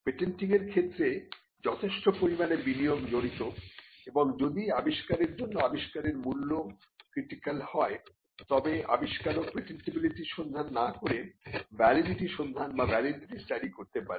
পেটেন্টিংয়ের ক্ষেত্রে যথেষ্ট পরিমাণে বিনিয়োগ জড়িত এবং যদি আবিষ্কারকের জন্য আবিষ্কারের মূল্য ক্রিটিকাল হয় তবে আবিষ্কারক পেটেন্টিবিলিটি সন্ধান না করে ভ্যালিডিটি সন্ধান বা ভ্যালিডিটি স্টাডি করতে পারেন